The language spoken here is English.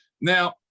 Now